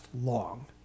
long